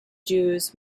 jews